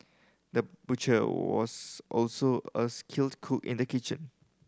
the butcher was also a skilled cook in the kitchen